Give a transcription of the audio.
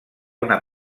una